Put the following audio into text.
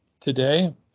today